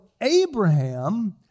Abraham